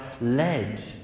led